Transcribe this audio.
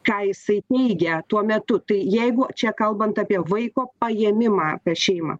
ką jisai teigia tuo metu tai jeigu čia kalbant apie vaiko paėmimą šeimą